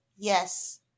Yes